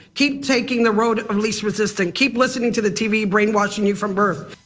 keep taking the road of least resistance, keep listening to the tv brainwashing you from birth.